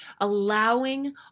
allowing